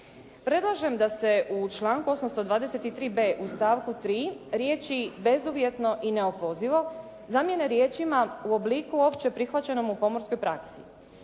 Predlažem da se u članku 823.b u stavku 3. riječi: "bezuvjetno i neopozivo" zamijene riječima: "u obliku opće prihvaćenom u pomorskoj praksi".